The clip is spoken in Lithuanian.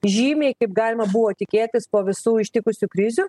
žymiai kaip galima buvo tikėtis po visų ištikusių krizių